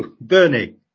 Bernie